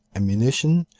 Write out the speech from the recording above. ammunition,